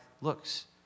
looks